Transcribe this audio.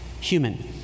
human